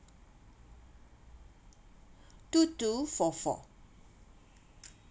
two two four four